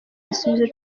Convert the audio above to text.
yasubije